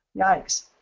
Yikes